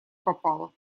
попало